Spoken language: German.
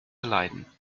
leiden